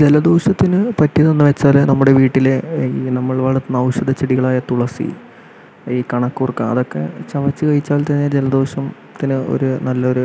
ജലദോഷത്തിന് പറ്റിയത് എന്ന് വെച്ചാൽ നമ്മുടെ വീട്ടിലെ ഈ നമ്മൾ വളർത്തുന്ന ഔഷധ ചെടികളായ തുളസി ഈ കണകൂർക്ക അതൊക്കെ ചവച്ച് കഴിച്ചാൽ തന്നെ ജലദോഷത്തിന് ഒരു നല്ലൊരു